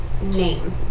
name